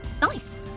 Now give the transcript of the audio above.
nice